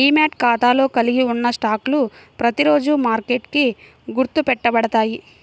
demat ఖాతాలో కలిగి ఉన్న స్టాక్లు ప్రతిరోజూ మార్కెట్కి గుర్తు పెట్టబడతాయి